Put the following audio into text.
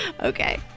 Okay